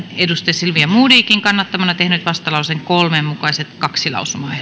silvia modigin kannattamana tehnyt vastalauseen kolme mukaiset kaksi